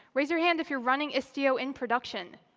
raise your hand if you're running istio in production.